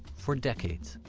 for decades,